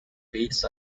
base